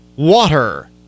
Water